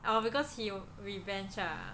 orh because he revenge ah